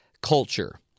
culture